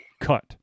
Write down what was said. cut